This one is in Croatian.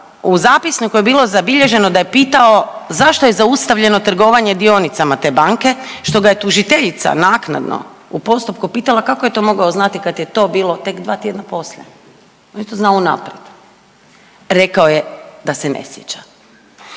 u zapisniku je bilo zabilježeno da je pitao zašto je zaustavljeno trgovanje dionicama te banke što ga je tužiteljica naknadno u postupku pitala kako je to mogao znati kad je to bilo tek dva tjedna poslije, on je to znao unaprijed, rekao je da se ne sjeća.